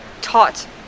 taught